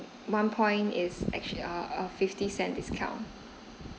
one point is actually uh uh fifty cent discount